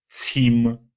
team